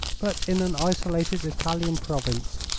but in an isolated italian province,